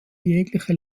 jegliche